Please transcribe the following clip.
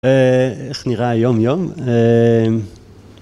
איך נראה היום יום? אההמ